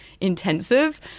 intensive